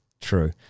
True